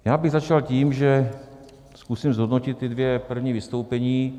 Já bych začal tím, že zkusím zhodnotit ta dvě první vystoupení.